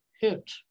hit